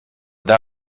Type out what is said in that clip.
that